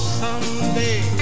someday